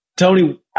Tony